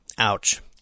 Ouch